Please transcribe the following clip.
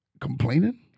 complaining